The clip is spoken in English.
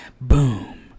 boom